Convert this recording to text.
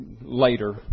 later